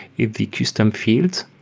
the custom fields.